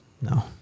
no